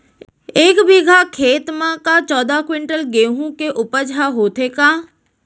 एक बीघा खेत म का चौदह क्विंटल गेहूँ के उपज ह होथे का?